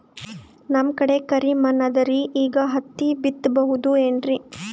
ನಮ್ ಕಡೆ ಕರಿ ಮಣ್ಣು ಅದರಿ, ಈಗ ಹತ್ತಿ ಬಿತ್ತಬಹುದು ಏನ್ರೀ?